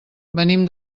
venim